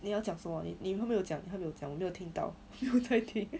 你要讲什么你都没有讲你还没有讲我没有听到 没有在听